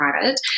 private